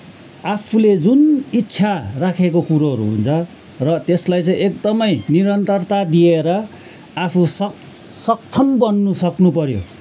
आफूले जुन इच्छा राखेको कुरोहरू हुन्छ र त्यसलाई चाहिँ एकदमै निरन्तरता दिएर आफू सक सक्षम बन्नु सक्नुपर्यो